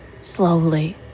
Slowly